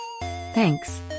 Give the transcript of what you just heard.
Thanks